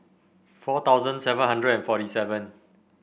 four thousand seven hundred and forty seven